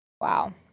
Wow